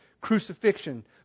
crucifixion